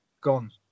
Gone